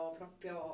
proprio